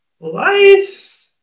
life